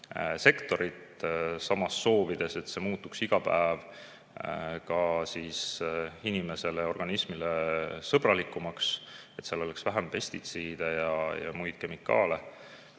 sektorit, samas soovides, et toit muutuks iga päev inimesele ja organismile sõbralikumaks, seal oleks vähem pestitsiide ja muid kemikaale,